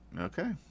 okay